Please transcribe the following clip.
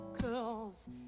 Cause